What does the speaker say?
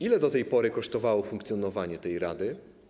Ile do tej pory kosztowało funkcjonowanie tej rady?